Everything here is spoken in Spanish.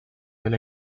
del